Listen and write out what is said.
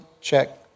check